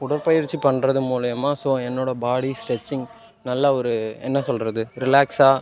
உடற்பயிற்சி பண்ணுறது மூலிமா ஸோ என்னோடய பாடி ஸ்ட்ரெச்சிங் நல்ல ஒரு என்ன சொல்கிறது ரிலாக்ஸாக